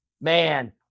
Man